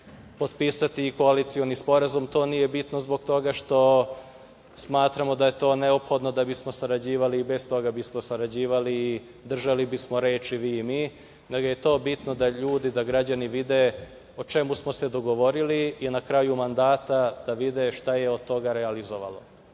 potpisati i koalicioni sporazum. To nije bitno zbog toga što smatramo da je to neophodno da bismo sarađivali i bez toga bismo sarađivali i držali bismo reč i vi i mi, ali je to bitno, da ljudi, da građani vide o čemu smo se dogovorili i na kraju mandata da vide šta je od toga realizovano. Mi